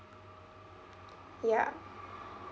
ya